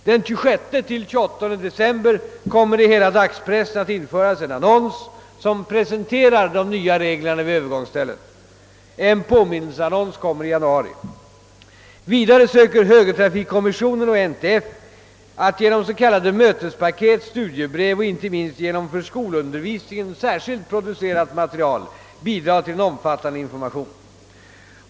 Den 26—28 december kommer i hela dagspressen att införas en annons som presenterar de nya reglerna vid övergångsställen. En <påminnelseannons kommer i januari. Vidare söker högertrafikkommissionen och NTF att genom s.k. mötespaket, studiebrev och inte minst genom för skolundervisningen särskilt producerat material bidra till en omfattande information.